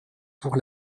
pour